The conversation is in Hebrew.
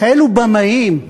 כאלה במאים,